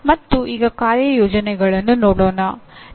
ಮತ್ತು ಈಗ ಕಾರ್ಯಯೋಜನೆಗಳನ್ನು ನೋಡೋಣ